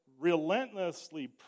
relentlessly